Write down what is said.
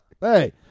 Hey